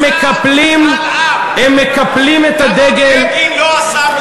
הם מקפלים את הדגל, למה בגין לא עשה משאל עם?